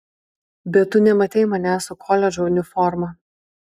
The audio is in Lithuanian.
bet tu nematei manęs su koledžo uniforma